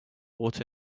water